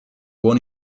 buon